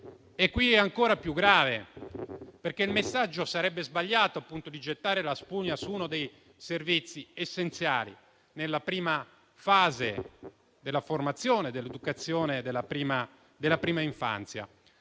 è ancora più grave, perché il messaggio sarebbe sbagliato, ovvero gettare la spugna su uno dei servizi essenziali nella prima fase della formazione, dell'educazione della prima infanzia.